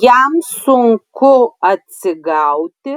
jam sunku atsigauti